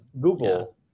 google